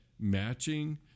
matching